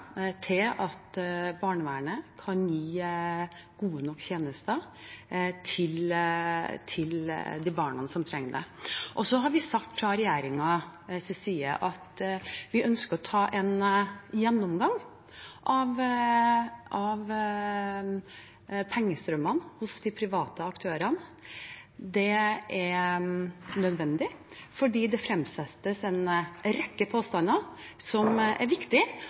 til at barnevernet kan gi gode nok tjenester til de barna som trenger det. Så har vi sagt fra regjeringens side at vi ønsker å ta en gjennomgang av pengestrømmene hos de private aktørene. Det er nødvendig fordi det fremsettes en rekke påstander som det er viktig